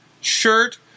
shirt